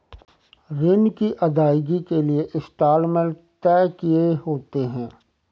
ऋण की अदायगी के लिए इंस्टॉलमेंट तय किए होते हैं